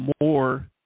more